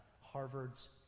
Harvard's